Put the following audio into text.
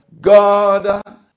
God